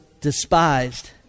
despised